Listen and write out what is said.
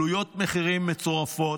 ועליות המחירים מטורפות.